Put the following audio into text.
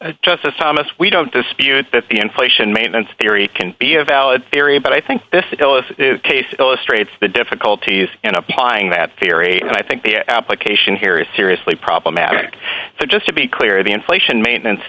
identified justice thomas we don't dispute that the inflation maintenance theory can be a valid theory but i think this illicit case illustrates the difficulties in applying that theory and i think the application here is seriously problematic so just to be clear the inflation maintenance